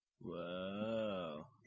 Whoa